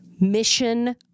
Mission